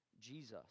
Jesus